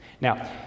Now